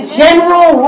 general